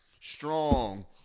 strong